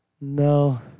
No